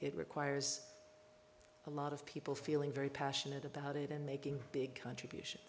it requires a lot of people feeling very passionate about it and making big contribution